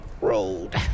road